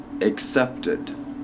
accepted